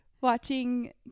Watching